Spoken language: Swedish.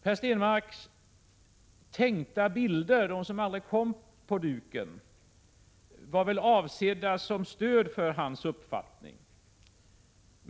Per Stenmarcks tänkta bilder — de som aldrig visades på duken — var väl avsedda som stöd för hans uppfattning.